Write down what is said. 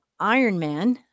Ironman